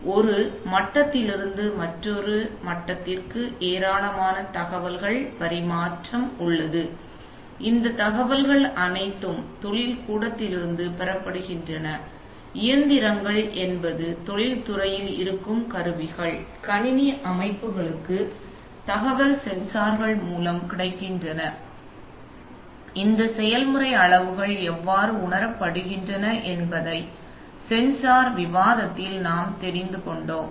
எனவே ஒரு மட்டத்திலிருந்து மற்றொன்றுக்கு ஏராளமான தகவல்கள் பரிமாற்றம் உள்ளது இந்த தகவல்கள் அனைத்தும் தொழில்கூடத்திலிருந்துபெறப்படுகின்றனஇயந்திரங்கள் என்பது தொழில்துறையில் இருக்கும் கருவிகள் கணினி அமைப்புகளுக்கு தகவல் சென்சார்கள் மூலம் கிடைக்கின்றன இந்த செயல்முறை அளவுகள் எவ்வாறு உணரப்படுகின்றன என்பதை சென்சார் விவாதத்தில் நாம் தெரிந்து கொண்டோம்